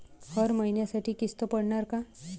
हर महिन्यासाठी किस्त पडनार का?